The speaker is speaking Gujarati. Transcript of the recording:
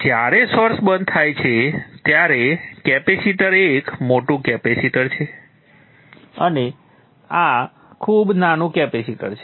જ્યારે સોર્સ બંધ થાય છે ત્યારે કેપેસિટર એક મોટું કેપેસિટર છે અને આ ખૂબ નાનું કેપેસિટર છે